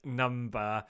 number